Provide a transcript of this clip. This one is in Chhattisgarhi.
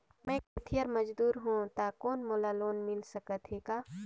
मैं खेतिहर मजदूर हों ता कौन मोला लोन मिल सकत हे का?